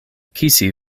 kisi